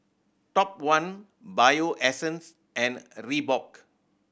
Top One Bio Essence and Reebok